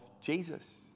Jesus